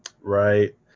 right